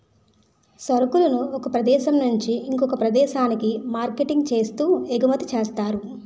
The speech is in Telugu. సరుకులను ఒక ప్రదేశం నుంచి ఇంకొక ప్రదేశానికి మార్కెటింగ్ చేస్తూ ఎగుమతి చేస్తారు